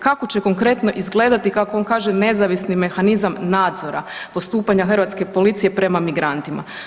Kako će konkretno izgledati kako on kaže nezavisni mehanizam nadzora postupanja hrvatske policije prema migrantima?